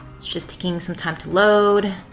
it's just taking some time to load.